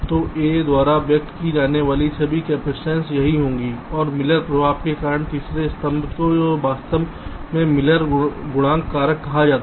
तो A द्वारा व्यक्त की जाने वाली प्रभावी कपसिटंस यही होगी और मिलर प्रभाव के कारण तीसरे स्तंभ को वास्तव में मिलर गुणांक कारक कहा जाता है